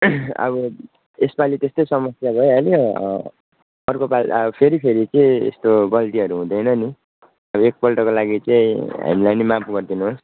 अब यसपालि त्यस्तै समस्या भइहाल्यो अर्कोपालि अब फेरि फेरि चाहिँ यस्तो गल्तीहरू हुँदैन नि अब एकपल्टको लागि चाहिँ हामीलाई नि माफ गरिदिनुहोस्